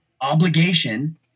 obligation